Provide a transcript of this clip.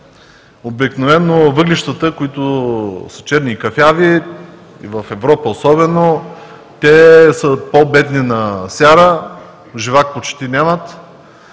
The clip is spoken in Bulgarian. Обикновено въглищата, които са черни и кафяви, особено в Европа, са по-бедни на сяра, живак почти нямат.